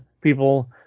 people